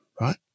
right